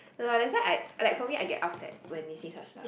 no that's why I I like for me I get upset when they say such stuff